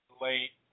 late